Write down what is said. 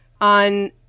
on